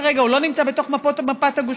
כרגע הוא לא נמצא בתוך מפת הגושים.